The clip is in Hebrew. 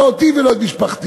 לא אותי ולא את משפחתי.